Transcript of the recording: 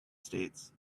states